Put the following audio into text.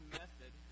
method